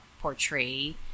portray